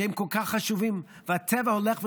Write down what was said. שהם כל כך חשובים, והטבע הולך ונעלם.